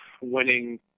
winning